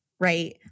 Right